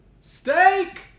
steak